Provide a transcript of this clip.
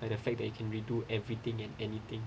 like the fact that you can redo everything and anything